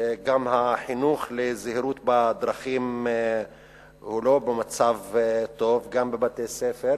החינוך לזהירות בדרכים הוא לא במצב טוב: גם בבתי-הספר